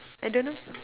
I don't know